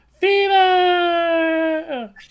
Fever